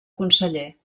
conseller